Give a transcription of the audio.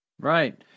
Right